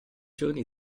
giorni